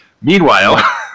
Meanwhile